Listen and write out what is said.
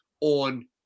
on